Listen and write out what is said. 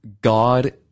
God